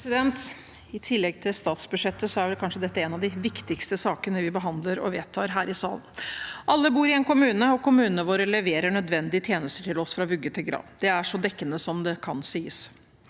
I tillegg til statsbud- sjettet er dette kanskje en av de viktigste sakene vi behandler og vedtar her i salen. Alle bor i en kommune, og kommunene våre leverer nødvendige tjenester til oss «fra vugge til grav». Det er så dekkende som det kan sies.